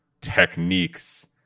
techniques